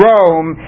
Rome